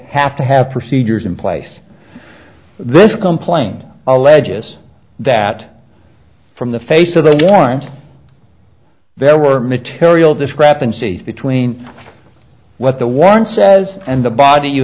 have to have procedures in place this complaint alleges that from the face of the warrant there were material discrepancies between what the warrant says and the body you